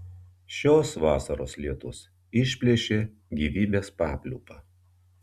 šios vasaros lietus išplėšė gyvybės papliūpą